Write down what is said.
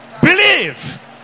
Believe